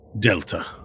delta